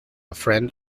friend